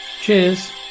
Cheers